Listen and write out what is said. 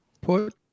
Put